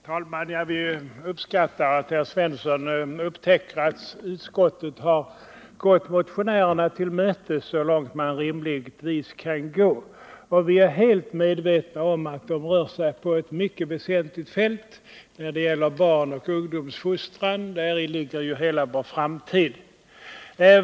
Herr talman! Vi uppskattar att herr Svensson upptäckt att utskottet har gått motionärerna till mötes så långt det rimligtvis är möjligt. Vi är helt medvetna om att motionärerna rör sig på ett mycket väsentligt fält — barnoch ungdomsfostran. Däri ligger ju hela vår framtid.